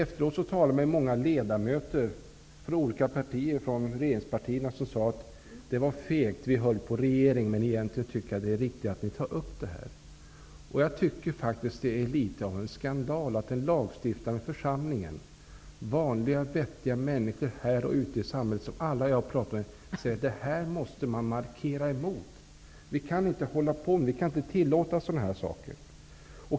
Efteråt talade jag med många ledamöter från regeringspartierna som sade att det var fegt av dem att hålla på regeringen i det här sammanhanget och att de egentligen tyckte att det var riktigt av oss att ta upp det här. Jag tycker att det är något av en skandal att den lagstiftande församlingen inte kan förbjuda sådana här saker. Vanliga vettiga människor här och ute i samhället -- alla som jag har pratat med -- har sagt att man måste markera mot det här; vi kan inte tillåta sådana här saker.